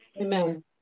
Amen